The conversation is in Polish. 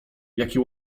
jakie